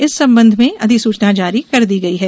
इस संबंध में अधिसूचना जारी कर दी गयी है